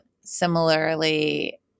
similarly